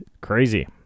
crazy